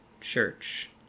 church